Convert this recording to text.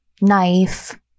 knife